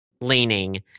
leaning